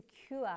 secure